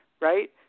Right